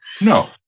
No